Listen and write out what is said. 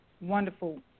wonderful